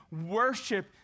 worship